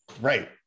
Right